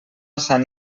sant